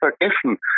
vergessen